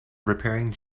repairing